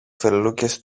φελούκες